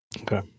Okay